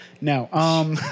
No